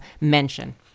mention